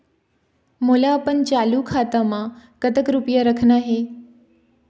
मोला अपन चालू खाता म कतक रूपया रखना हे?